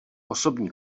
osobní